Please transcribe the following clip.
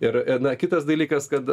ir na kitas dalykas kad